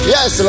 Yes